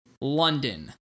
London